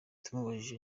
tumubajije